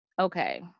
Okay